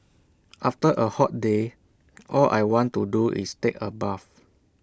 after A hot day all I want to do is take A bath